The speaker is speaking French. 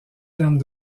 termes